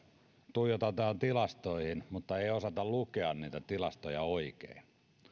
tuijotetaan tilastoihin mutta ei osata lukea niitä oikein